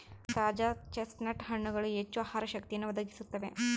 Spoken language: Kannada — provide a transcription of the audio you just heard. ತಾಜಾ ಚೆಸ್ಟ್ನಟ್ ಹಣ್ಣುಗಳು ಹೆಚ್ಚು ಆಹಾರ ಶಕ್ತಿಯನ್ನು ಒದಗಿಸುತ್ತವೆ